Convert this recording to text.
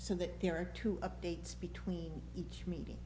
so that there are two updates between each meeting